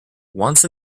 once